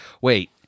Wait